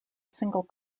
single